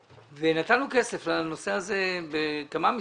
ונתנו כסף לנושא הזה של שילוב חרדים בעבודה בכמה משרדים.